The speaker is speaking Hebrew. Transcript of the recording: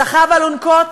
סחב אלונקות,